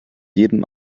jeden